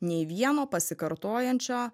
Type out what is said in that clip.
nei vieno pasikartojančio